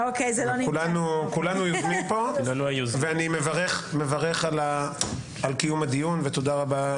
כולנו יוזמים פה ואני מברך על קיום הדיון ותודה רבה,